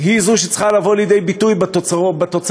היא שצריכה לבוא לידי ביטוי בתוצרים,